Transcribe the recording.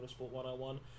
motorsport101